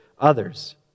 others